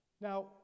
Now